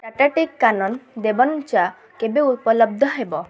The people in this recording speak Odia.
ଟାଟା ଟି କାନନ ଦେବନ୍ ଚା କେବେ ଉପଲବ୍ଧ ହେବ